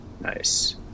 Nice